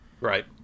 Right